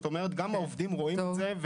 גם העובדים רואים את זה.